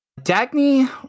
dagny